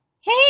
hey